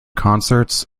concerts